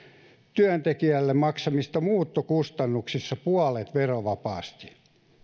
työntekijälle maksamista muuttokustannuksista puolet verovapaasti